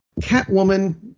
Catwoman